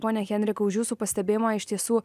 ponia henrika už jūsų pastebėjimą iš tiesų